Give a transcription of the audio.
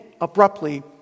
abruptly